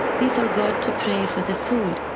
we forgot to pray for the food.